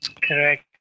correct